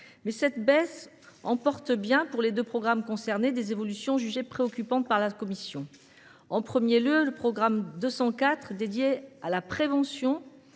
cette baisse entraîne, pour les deux programmes concernés, des évolutions jugées préoccupantes par la commission. En premier lieu, le programme 204 « Prévention,